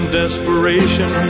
desperation